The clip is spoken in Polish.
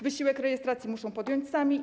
Wysiłek rejestracji muszą podjąć sami.